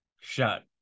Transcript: shot